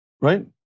Right